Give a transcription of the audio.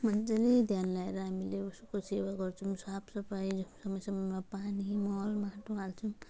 मजाले ध्यान लगाएर हामीले उसको सेवा गर्छौँ साफसफाई समय समयमा पानी मल माटो हाल्छौँ